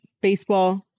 baseball